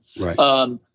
Right